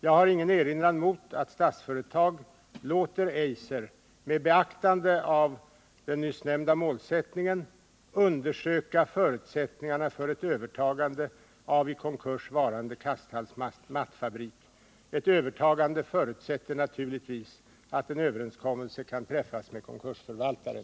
Jag har ingen erinran mot att Statsföretag AB låter Eiser med beaktande av nyssnämnda målsättning undersöka förutsättningarna för ett övertagande av i konkurs varande Kasthalls Mattfabrik. Ett övertagande förutsätter naturligtvis att en överenskommelse kan träffas med konkursförvaltaren.